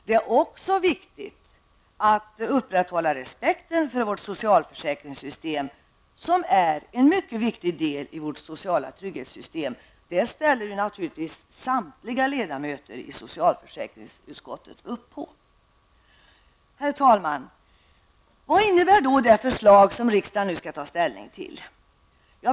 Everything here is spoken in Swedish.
Det är också viktigt att upprätthålla respekten för vårt socialförsäkringssystem, som är en mycket viktig del i vårt sociala trygghetssystem. Detta ställer sig naturligtvis samtliga ledamöter i socialutskottet bakom. Herr talman! Vad innebär då det förslag som riksdagen nu skall ta ställning till?